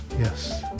yes